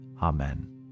Amen